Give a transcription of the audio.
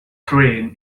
train